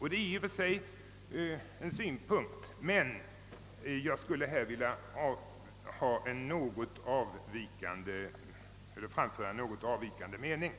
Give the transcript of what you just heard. Det är i och för sig en linje, men jag skulle vilja framföra en något avvikande mening.